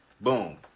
Boom